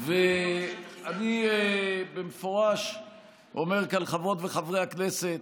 אני במפורש אומר כאן, חברות וחברי הכנסת: